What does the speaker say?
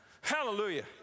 Hallelujah